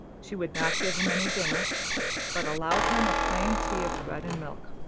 she would not give him any dinner but allowed him a plain tea of bread and milk.